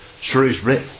Shrewsbury